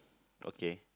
okay